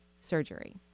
surgery